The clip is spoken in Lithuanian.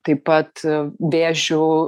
taip pat vėžiu